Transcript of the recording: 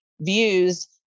views